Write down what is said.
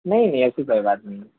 نہیں ایسی کوئی بات نہیں ہے